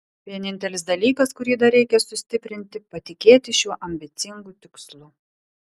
vienintelis dalykas kurį dar reikia sustiprinti patikėti šiuo ambicingu tikslu